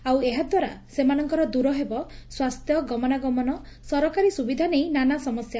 ଆଉ ଏହା ଦ୍ୱାରା ସେମାନଙ୍କର ଦୂର ହେବ ସ୍ୱାସ୍ଥ୍ୟ ଗମନାଗମନ ସରକାରୀ ସୁବିଧା ନେଇ ନାନା ସମସ୍ୟା